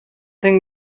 think